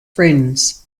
friends